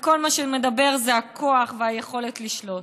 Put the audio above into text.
וכל מה שמדבר זה הכוח והיכולת לשלוט.